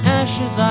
ashes